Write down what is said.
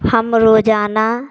हम रोजाना